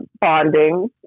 bonding